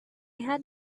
had